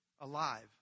alive